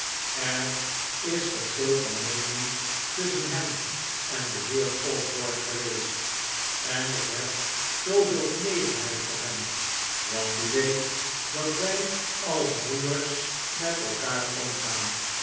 er is verschil van meening tusschen hem en den heer osborne geweest en ik heb zooveel genegenheid voor hem want u weet dat wij als broers met elkaar omgaan